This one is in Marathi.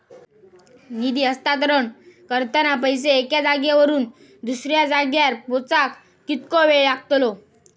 निधी हस्तांतरण करताना पैसे एक्या जाग्यावरून दुसऱ्या जाग्यार पोचाक कितको वेळ लागतलो?